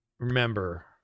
Remember